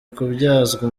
kubyazwa